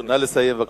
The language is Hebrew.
נא לסיים, בבקשה.